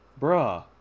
Bruh